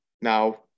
Now